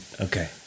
Okay